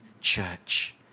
church